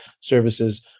services